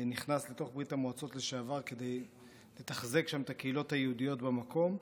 נכנס לתוך ברית המועצות לשעבר כדי לחזק שם את הקהילות היהודיות במקום.